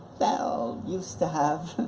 well, used to have.